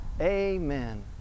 Amen